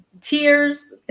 tears